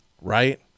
right